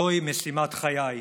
זוהי משימת חיי.